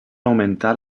augmentar